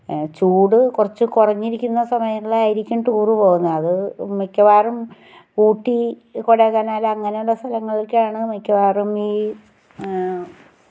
ചൂട് കുറച്ച് കുറഞ്ഞിരിക്കുന്ന സമയങ്ങളിലായിരിക്കും ടൂർ പോകുന്നത് അത് മിക്കവാറും ഊട്ടി കൊടേക്കനാൽ അങ്ങനെയുള്ള സ്ഥലങ്ങളിലേക്കാണ് മിക്കവാറും ഈ